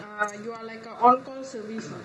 uh you are like a on call service